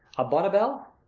a bonnibel?